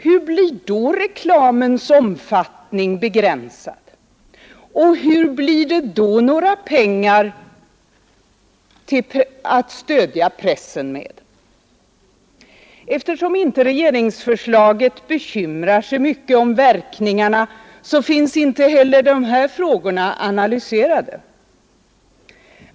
Hur blir då reklamens omfattning begränsad, och hur blir det då några pengar att stödja pressen med? Eftersom inte regeringsförslaget bekymrar sig mycket om verkningarna, finns inte heller de här frågorna analyserade.